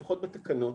לפחות בתקנות,